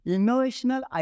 Innovational